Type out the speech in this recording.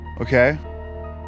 Okay